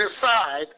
decide